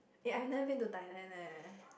eh I have never been to Thailand eh